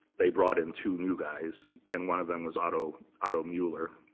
they brought in two new guys, and one of them was otto otto muller.